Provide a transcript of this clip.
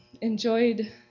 enjoyed